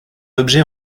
objet